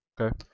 Okay